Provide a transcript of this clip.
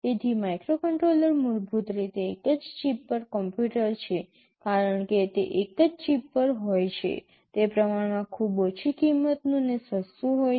તેથી માઇક્રોકન્ટ્રોલર મૂળભૂત રીતે એક જ ચિપ પર કમ્પ્યુટર છે કારણ કે તે એક જ ચિપ પર હોય છે તે પ્રમાણમાં ખૂબ ઓછી કિંમતનું અને સસ્તું હોય છે